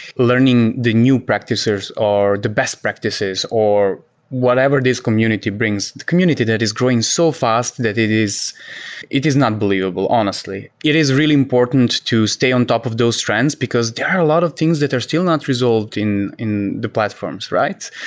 learning the new practices are the best practices or whatever this community brings. the community that is growing so fast that it is it is not believable honestly. it is really important to stay on top of those trends, because there are a lot of things that are still not resolved in in the platforms, right?